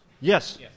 Yes